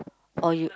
or you